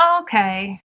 Okay